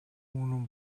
үнэн